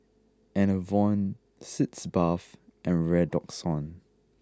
Enervon Sitz bath and Redoxon